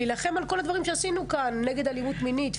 להילחם על כל הדברים שעשינו כאן נגד אלימות מינית,